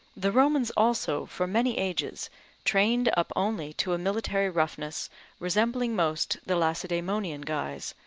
the romans also, for many ages trained up only to a military roughness resembling most the lacedaemonian guise,